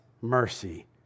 mercy